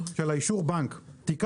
האישור בנק, תתקן אותו.